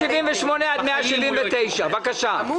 178 179. בבקשה.